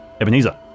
Ebenezer